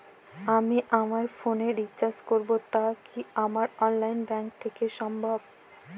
আমি আমার ফোন এ রিচার্জ করব টা কি আমার অনলাইন ব্যাংক থেকেই সম্ভব?